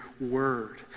word